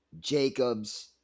Jacobs